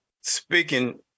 speaking